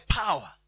power